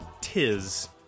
Tis